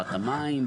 בחברת המים,